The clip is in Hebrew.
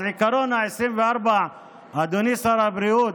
אז עקרון ה-24 שעות, אדוני שר הבריאות,